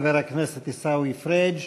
תודה לחבר הכנסת עיסאווי פריג'.